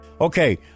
Okay